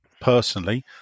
personally